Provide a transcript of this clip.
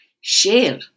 Share